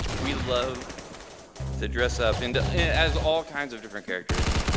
we love to dress up and as all kinds of different characters,